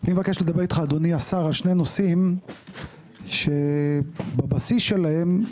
אני מבקש לדבר אתך אדוני השר על שני נושאים שבבסיסים ההגדרה